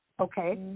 Okay